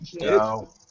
No